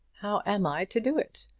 how am i to do it?